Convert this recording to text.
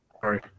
Sorry